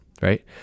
Right